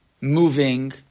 moving